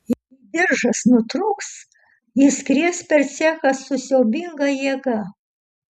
jei diržas nutrūks jis skries per cechą su siaubinga jėga